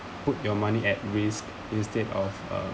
put your money at risk instead of uh